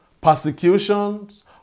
persecutions